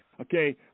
Okay